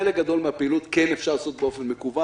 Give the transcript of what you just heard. חלק גדול מן הפעילות כן אפשר לעשות באופן מקוון.